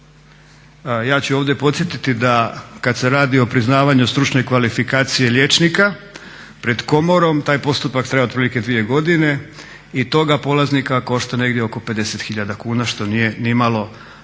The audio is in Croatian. Ja ću ovdje podsjetiti da kad se radi o priznavanju stručne kvalifikacije liječnika pred komorom taj postupak traje otprilike 2 godine i toga polaznika košta negdje oko 50 tisuća kuna što nije nimalo